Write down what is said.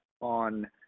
on